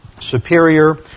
superior